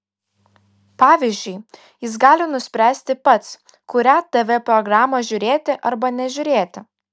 pavyzdžiui jis gali nuspręsti pats kurią tv programą žiūrėti arba nežiūrėti